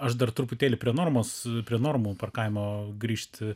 aš dar truputėlį prie normos prie normų parkavimo grįžt